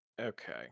Okay